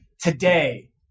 today